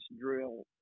drill